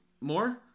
more